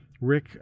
Rick